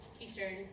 Eastern